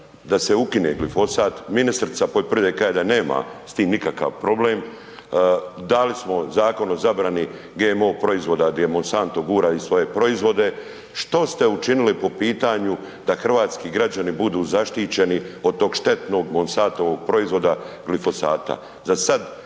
da se ukine glifosat. Ministrica poljoprivrede kaže da nema s tim nikakav problem. Dali smo Zakon o zabrani GMO proizvoda gdje Monsanto gura i svoje proizvode. Što ste učinili po pitanju da hrvatski građani budu zaštićeni od tog štetnog Monsantovog proizvoda, glifosata? Za sad